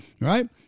Right